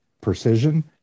precision